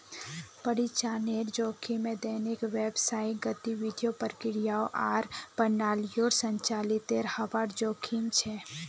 परिचालनेर जोखिम दैनिक व्यावसायिक गतिविधियों, प्रक्रियाओं आर प्रणालियोंर संचालीतेर हबार जोखिम छेक